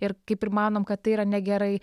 ir kaip ir manom kad tai yra negerai